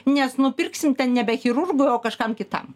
nes nupirksim ten nebe chirurgui o kažkam kitam